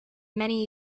many